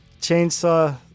Chainsaw